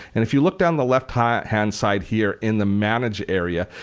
and if you look down the left-hand side here in the managed area,